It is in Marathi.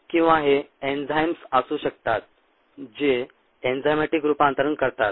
किंवा हे एंझाइम्स असू शकतात जे एंझायमॅटीक रूपांतरण करतात